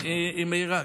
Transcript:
כן כן, היא מהירה.